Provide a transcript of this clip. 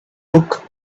book